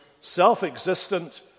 self-existent